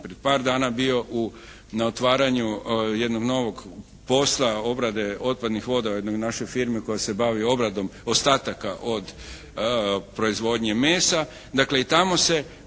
par dana bio na otvaranju jednog novog posla, obrade otpadnih voda u jednoj našoj firmi koja se bavi obradom ostataka od proizvodnje mesa,